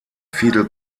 fidel